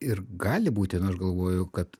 ir gali būti na aš galvoju kad